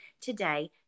today